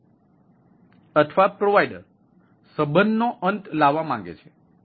ગ્રાહક અથવા પ્રોવાઇડર સંબંધનો અંત લાવવા માંગે છે